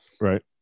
right